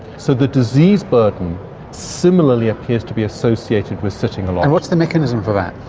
so the disease burden similarly appears to be associated with sitting a lot. and what's the mechanism for that?